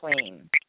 clean